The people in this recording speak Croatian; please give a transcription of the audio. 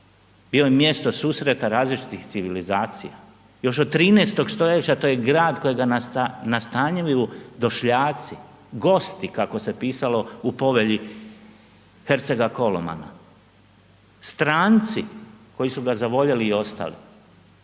Bio je mjesto susreta različitih civilizacija, još od 13. st. to je grad kojega nastanjuju došljaci, gosti, kako se pisalo u Povelji hercega Kolomana. Stranci koji su ga zavoljeli i ostali.